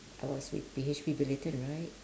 I was with BHP Billiton right